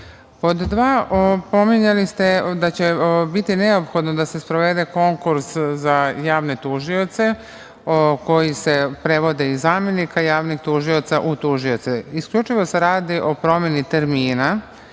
dva, pominjali ste da će biti neophodno da se sprovede konkurs za javne tužioce koji se prevode iz zamenika javnih tužilaca u tužioce. Isključivo se radi o promeni termina